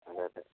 അതെ അതെ